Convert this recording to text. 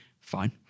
fine